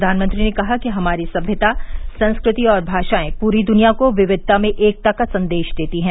प्रधानमंत्री ने कहा कि हमारी सम्यता संस्कृति और भाषाए पूरी दुनिया को विविधता में एकता का संदेश देती हैं